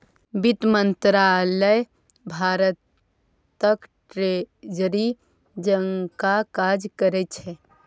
बित्त मंत्रालय भारतक ट्रेजरी जकाँ काज करै छै